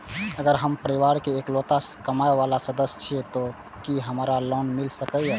अगर हम परिवार के इकलौता कमाय वाला सदस्य छियै त की हमरा लोन मिल सकीए?